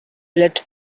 lecz